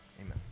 Amen